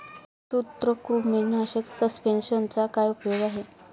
सूत्रकृमीनाशक सस्पेंशनचा काय उपयोग आहे?